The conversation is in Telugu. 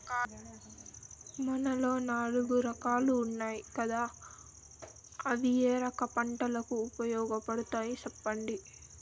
మన్నులో నాలుగు రకాలు ఉన్నాయి కదా అవి ఏ రకం పంటలకు ఉపయోగపడతాయి చెప్పండి?